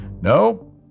No